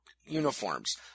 uniforms